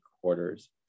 quarters